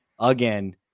Again